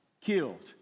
killed